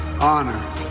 honor